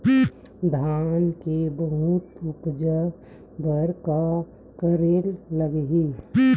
धान के बहुत उपज बर का करेला लगही?